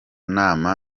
nama